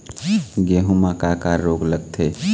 गेहूं म का का रोग लगथे?